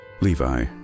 Levi